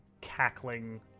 cackling